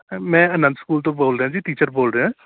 ਮੈਂ ਆਨੰਦ ਸਕੂਲ ਤੋਂ ਬੋਲ ਰਿਹਾਂ ਜੀ ਟੀਚਰ ਬੋਲ ਰਿਹਾਂ